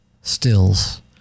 Stills